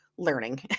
Learning